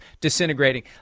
disintegrating